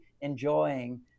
enjoying